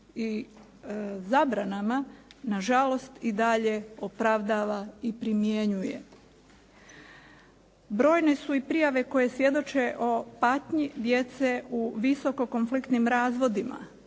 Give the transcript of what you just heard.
i zabranama nažalost i dalje opravdava i primjenjuje. Brojne su i prijave koje svjedoči o patnji djece u visoko konfliktnim razvodima.